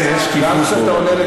זה חשוב, זה חשוב.